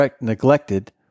neglected